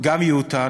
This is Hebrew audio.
גם יוטה, גם יוטה.